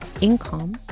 income